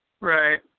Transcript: Right